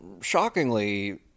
shockingly